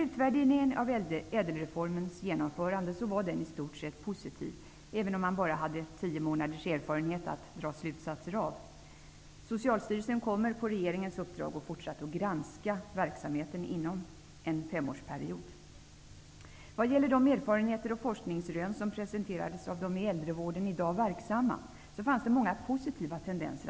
Utvärderingen av ÄDEL-reformens genomförande var i stort sett positiv, även om man bara hade tio månaders erfarenhet att dra slutsatser av. Socialstyrelsen kommer på regeringens uppdrag att under en femårsperiod fortsatt granska verksamheten. I de erfarenheter och forskningsrön som presenterades av dem som är verksamma i äldrevården i dag kunde man notera många positiva tendenser.